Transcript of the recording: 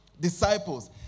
disciples